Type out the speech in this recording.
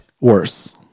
Worse